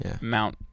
Mount